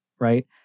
right